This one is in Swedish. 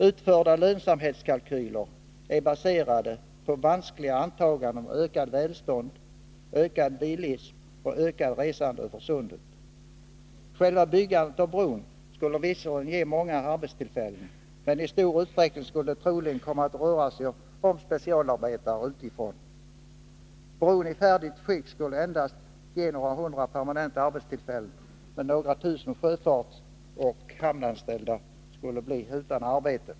Utförda lönsamhetskalkyler är baserade på vanskliga antaganden om ökat välstånd, ökad bilism och ökat resande över sundet. Själva byggandet av bron skulle visserligen ge många arbetstillfällen, men det skulle troligen i stor utsträckning komma att röra sig om specialarbetare utifrån. Bron i färdigt skick skulle endast ge några hundra permanenta arbetstillfällen medan några tusen sjöfartsoch hamnanställda skulle bli utan arbete.